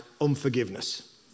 unforgiveness